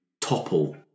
topple